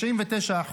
99%,